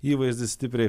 įvaizdis stipriai